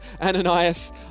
Ananias